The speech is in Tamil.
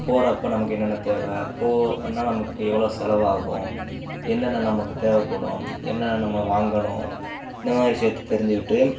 போகிறப்ப நமக்கு என்னென்ன தேவை போகணுன்னா நமக்கு எவ்வளோ செலவாகும் என்னென்ன நமக்கு தேவைப்படும் என்னென்ன நம்ம வாங்கணும் இந்த மாதிரி விஷயத்தை தெரிஞ்சுக்கிட்டு